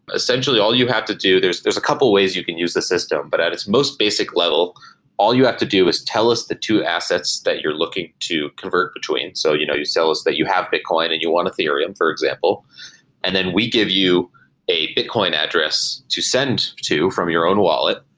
essentially, all you have to do there's there's a couple ways you can use a system, but at its most basic level all you have to do is tell us the two assets that you're looking to convert between. so you know you sell us that you have bitcoin and you want ethereum, for example and then we give you a bitcoin address to send to from your own wallet.